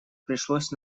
пришлось